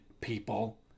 people